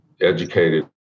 educated